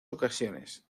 ocasiones